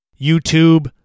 YouTube